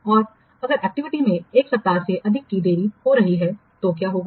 और अगर एक्टिविटी में 1 सप्ताह से अधिक की देरी हो रही है तो क्या होगा